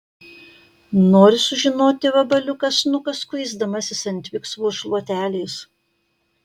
nori sužinoti vabaliukas nukas kuisdamasis ant viksvos šluotelės